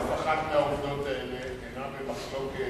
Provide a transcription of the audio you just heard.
אף אחת מן העובדות האלה אינה במחלוקת